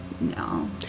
no